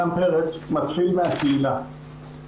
מותאמי תרבות זה אחד האתגרים הכי גדולים,